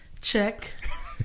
Check